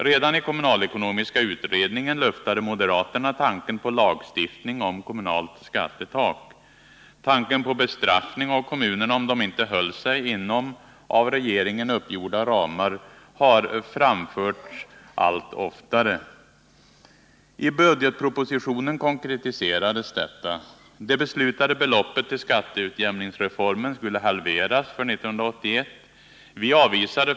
Redan i kommunalekonomiska utredningen luftade moderaterna tanken på lagstiftning om kommunalt skattetak. Tanken på bestraffning av kommunerna om de inte höll sig inom av regeringen uppgjorda ramar har förts fram allt oftare. I budgetpropositionen konkretiserades detta. Det beslutade beloppet till skatteutjämningsreformen skulle halveras för 1981.